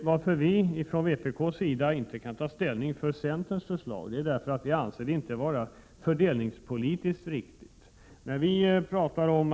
Skälet till att vi från vpk:s sida inte ka ta ställning för centerns förslag är att vi inte anser det vara fördelningspolitiskt riktigt.